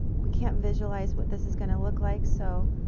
we can't visualize what this is going to look like, so